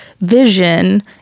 vision